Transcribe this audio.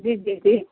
ਜੀ ਜੀ ਜੀ